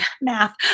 math